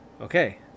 okay